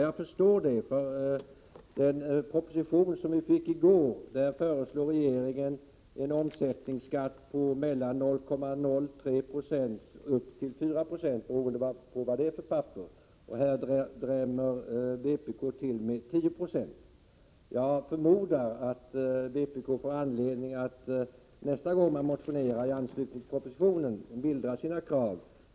Jag förstår det, för i den proposition som vi fick i går föreslår regeringen en omsättningsskatt på mellan 0,03 96 och upp till 4 26, beroende på vad det är för papper, medan vpk drämmer till med hela 10 96. Jag förmodar att vpk nästa gång man motionerar, i anslutning till propositionen, får anledning att mildra sina krav.